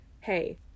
Hey